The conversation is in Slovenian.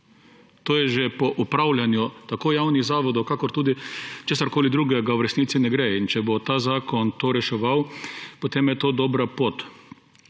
To že po upravljanju tako javnih zavodov kakor tudi česarkoli drugega v resnici ne gre, in če bo ta zakon to reševal, potem je to dobra pot.